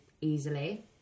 easily